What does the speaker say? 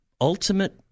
ultimate